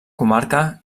comarca